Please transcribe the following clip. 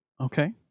okay